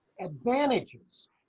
advantages